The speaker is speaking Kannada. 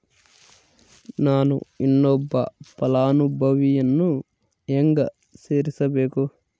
ನಾನು ಇನ್ನೊಬ್ಬ ಫಲಾನುಭವಿಯನ್ನು ಹೆಂಗ ಸೇರಿಸಬೇಕು?